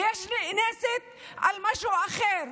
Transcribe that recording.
ויש נאנסת על משהו אחר.